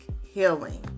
healing